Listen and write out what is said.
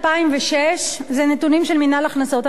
אלה נתונים של מינהל הכנסות המדינה.